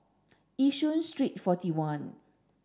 Yishun Street forty one